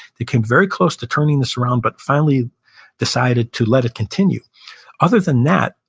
they came very close to turning this around, but finally decided to let it continue other than that,